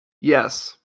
Yes